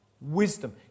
wisdom